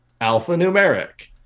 alphanumeric